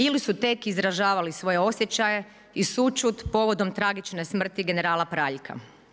Ili su tek izražavali svoje osjećaje i sućut povodom tragične smrti generala Praljka.